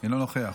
אינו נוכח.